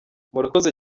murakoze